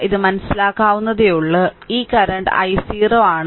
ഇത് മനസ്സിലാക്കാവുന്നതേയുള്ളൂ ഈ കറന്റ് i0 ആണ്